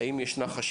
האם יש חשיבה,